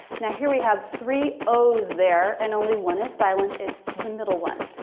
now here we have three o's there and only one is silent it's the middle one.